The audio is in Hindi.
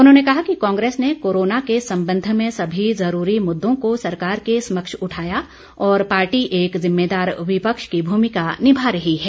उन्होंने कहा कि कांग्रेस ने कोरोना के संबंध में सभी ज़रूरी मुददों को सरकार के समक्ष उठाया और पार्टी एक ज़िम्मेदार विपक्ष की भूमिका निभा रही है